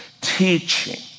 teaching